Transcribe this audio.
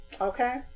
okay